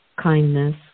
kindness